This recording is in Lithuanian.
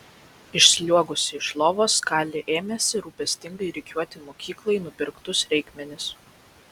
išsliuogusi iš lovos kali ėmėsi rūpestingai rikiuoti mokyklai nupirktus reikmenis